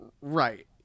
Right